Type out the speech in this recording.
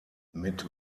mit